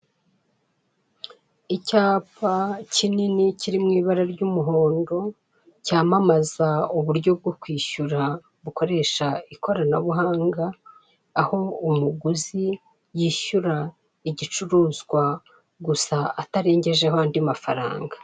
Icyapa kinini kiri mu ibara ry'umuhondo, cyamamaza uburyo bwo kwishyura bukoresha ikoranabuhanga, aho umuguzi yishyura igicuruzwa gusa tarengeje ho andi mafaranga.